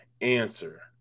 answer